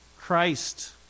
Christ